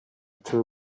two